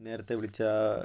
നേരത്തെ വിളിച്ച